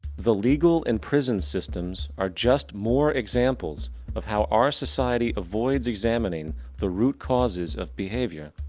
the legal and prison systems are just more examples of how our society avoids examining the root-causes of behavior.